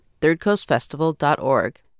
thirdcoastfestival.org